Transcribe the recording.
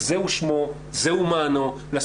אז אתן לך לפתוח ואחרייך תדבר גב' רחל ליכטנשטיין מנהלת